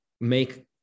make